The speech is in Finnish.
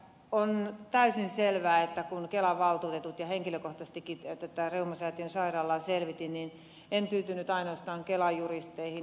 on täysin selvää että kun kelan valtuutetut selvittivät ja henkilökohtaisestikin tätä reumasäätiön sairaalaa selvitin niin en tyytynyt ainoastaan kelan juristeihin